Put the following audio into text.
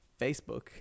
Facebook